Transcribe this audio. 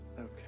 Okay